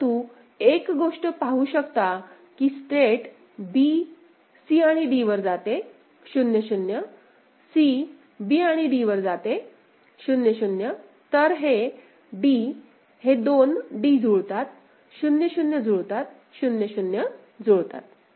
परंतु एक गोष्ट पाहू शकता की स्टेट b c आणि d वर जाते 0 0 c b आणि d वर जाते 0 0 तर हे d हे दोन d जुळतात 0 0 जुळतात 0 0 जुळतात